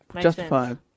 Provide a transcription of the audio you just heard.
justified